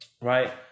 right